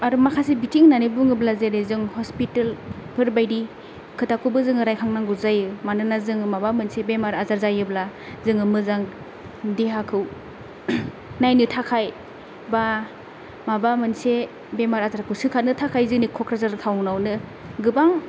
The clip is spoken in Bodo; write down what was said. आरो माखासे बिथिं होननानै बुङोब्ला जेरै जों हस्पिटालफोरबायदि खोथिखौबो जोङो रायखांनांगौ जायो मानोना जोङो माबा मोनसे बेमार आजार जायोब्ला जोङो मोजां देहाखौ नायनो थाखाय बा माबा मोनसे बेमार आजारखौ सोखानो थाखाय जोंनि क'क्राझार टाउनावनो गोबां